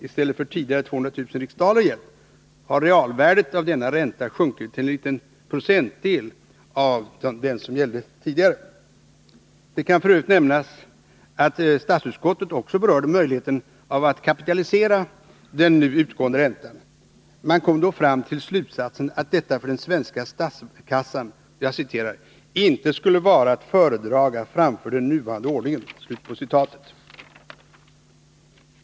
i stället för tidigare 200 000 riksdaler gällt, har realvärdet av denna ränta sjunkit till en liten procentdel av den som tidigare gällde. Det kan f. ö. nämnas att statsutskottet också berörde möjligheten att kapitalisera den nu utgående räntan. Man kom då fram till slutsatsen att detta för den svenska statskassan ”inte skulle vara att föredraga framför den nuvarande ordningen”.